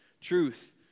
truth